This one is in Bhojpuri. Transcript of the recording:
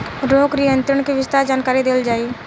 रोग नियंत्रण के विस्तार जानकरी देल जाई?